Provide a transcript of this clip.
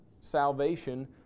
salvation